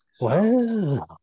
Wow